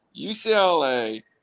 UCLA